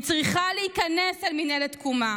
היא צריכה להיכנס אל מינהלת תקומה.